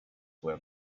were